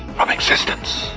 from existence.